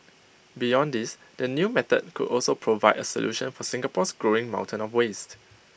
beyond this the new method could also provide A solution for Singapore's growing mountain of waste